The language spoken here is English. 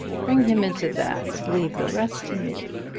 bring him into that. leave the rest to me.